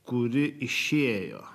kuri išėjo